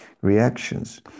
reactions